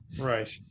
Right